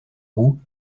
roux